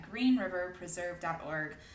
greenriverpreserve.org